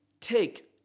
take